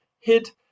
hit